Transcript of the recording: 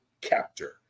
captor